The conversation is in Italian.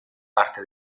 parte